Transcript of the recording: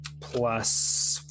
plus